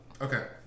Okay